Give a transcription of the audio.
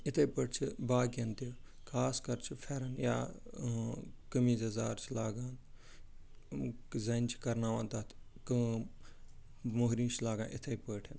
یِتھَے پٲٹھۍ چھِ باقیَن تہِ خاص کر چھ فیرَن یا قمیض یَزار چھِ لاگان زَنہِ چھِ کرناوان تتھ کٲم موٚہنی چھِ لاگان یِتھَے پٲٹھۍ